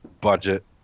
budget